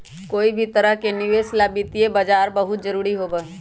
कोई भी तरह के निवेश ला वित्तीय बाजार बहुत जरूरी होबा हई